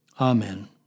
Amen